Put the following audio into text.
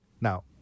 Now